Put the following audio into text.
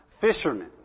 fishermen